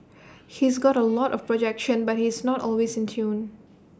he's got A lot of projection but he's not always in tune